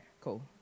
cool